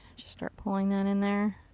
just start pulling that in there.